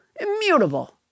Immutable